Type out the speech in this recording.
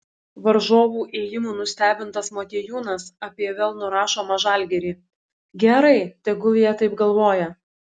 varžovų ėjimų nustebintas motiejūnas apie vėl nurašomą žalgirį gerai tegul jie taip galvoja